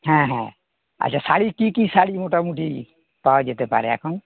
হ্যাঁ হ্যাঁ আচ্ছা শাড়ির কী কী শাড়ি মোটামুটি পাওয়া যেতে পারে এখন